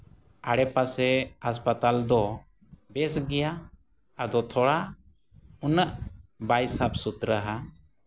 ᱟᱲᱮᱯᱟᱥᱮ ᱦᱟᱥᱯᱟᱛᱟᱞ ᱫᱚ ᱵᱮᱥ ᱜᱮᱭᱟ ᱟᱫᱚ ᱛᱷᱚᱲᱟ ᱩᱱᱟᱹᱜ ᱵᱟᱭ ᱥᱟᱯᱷ ᱥᱩᱛᱨᱟᱹ ᱦᱟ